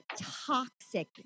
toxic